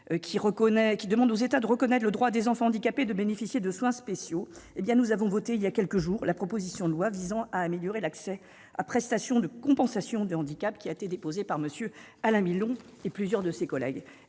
23.2 demande aux États de reconnaître le droit des enfants handicapés de bénéficier de soins spéciaux. Nous avons voté voilà quelques jours la proposition de loi visant à améliorer l'accès à la prestation de compensation du handicap, déposée par Alain Milon et plusieurs de ses collègues.